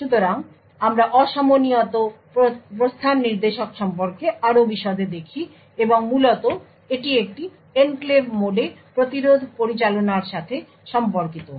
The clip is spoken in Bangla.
সুতরাং আমরা অসমনিয়ত প্রস্থান নির্দেশক সম্পর্কে আরও বিশদে দেখি এবং মূলত এটি একটি এনক্লেভ মোডে প্রতিরোধ পরিচালনার সাথে সম্পর্কিত